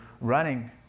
running